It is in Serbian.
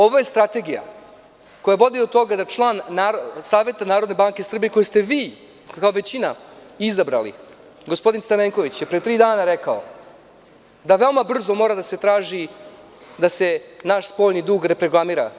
Ovo je strategija koja vodi do toga da je član Saveta Narodne banke Srbije, koji ste vi kao većina izabrali, gospodin Stamenković pre tri dana rekao da veoma brzo mora da se traži da se naš spoljni dug reprogramira.